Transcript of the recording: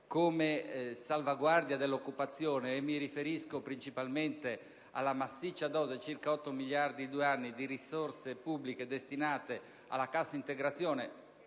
a salvaguardia dell'occupazione (mi riferisco principalmente alla massiccia dose - circa 8 miliardi in due anni - di risorse pubbliche destinate alla cassa integrazione).